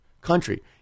country